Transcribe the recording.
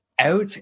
out